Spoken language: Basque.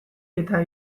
eta